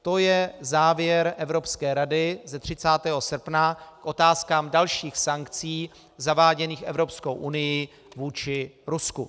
To je závěr Evropské rady z 30. srpna k otázkám dalších sankcí zaváděných Evropskou unií vůči Rusku.